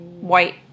white